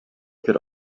could